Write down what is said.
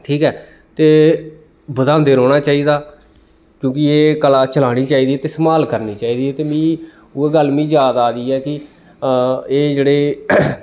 ठीक ऐ ते बधांदे रौह्ना चाहिदा क्योंकि एह् कला चलानी चाहिदी ते सम्हाल करनी चाहिदी ते मी उ'ऐ गल्ल मी याद आ दी ऐ कि एह् जेह्ड़े